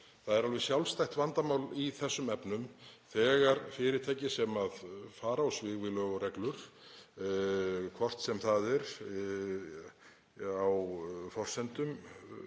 Það er alveg sjálfstætt vandamál í þessum efnum þegar fyrirtæki fara á svig við lög og reglur, hvort sem það er á forsendum